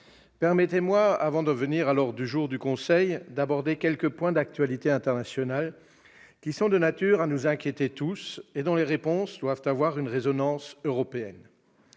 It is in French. Permettez-moi, avant d'en venir à l'ordre du jour du Conseil européen, d'aborder quelques points d'actualité internationale qui sont de nature à nous inquiéter tous et dont les réponses doivent avoir une résonance européenne.